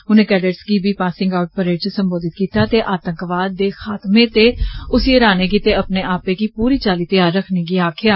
उनें ब्कमजे गी बी पासिंग आउट च संबोधित कीता ते आतंकवाद दे खात्मे ते उसी हराने गिते अपने आपे गी पूरी चाली तैयार रक्खने गी आक्खेआ